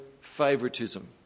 favoritism